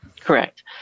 Correct